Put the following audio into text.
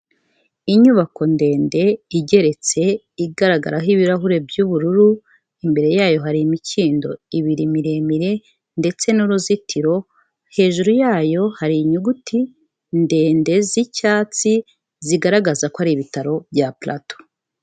Inyubako ndende igeretse igaragaraho ibirahure by'ubururu, imbere yayo hari imikindo ibiri miremire ndetse n'uruzitiro, hejuru yayo hari inyuguti ndende z'icyatsi zigaragaza ko ari ibitaro bya Plateau.